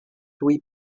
louis